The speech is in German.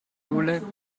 jule